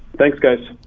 thanks guys.